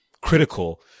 critical